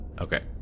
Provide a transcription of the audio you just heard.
Okay